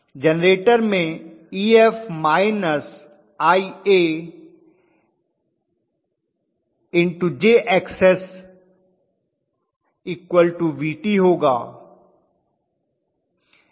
generator में Ef Ia∠∅jXsVtहोगा